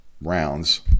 rounds